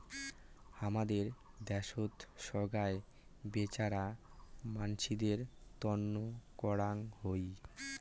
হামাদের দ্যাশোত সোগায় বেচেরা মানসিদের তন্ন করাং হই